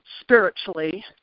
spiritually